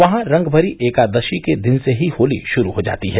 वहां रंगभरी एकादशी के दिन से ही होली शुरू हो जाती है